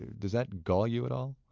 ah does that gall you at all?